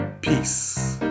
Peace